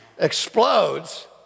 explodes